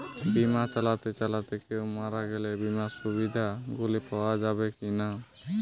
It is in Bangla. বিমা চালাতে চালাতে কেও মারা গেলে বিমার সুবিধা গুলি পাওয়া যাবে কি না?